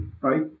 right